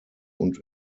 und